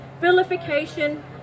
vilification